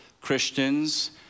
Christians